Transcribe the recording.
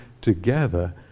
together